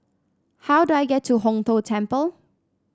how do I get to Hong Tho Temple